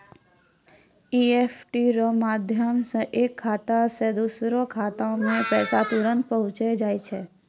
EFT रो माध्यम से एक खाता से दोसरो खातामे पैसा तुरंत पहुंचि जाय छै